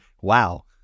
Wow